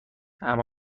اما